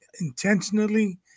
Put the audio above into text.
intentionally